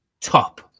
top